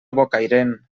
bocairent